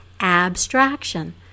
abstraction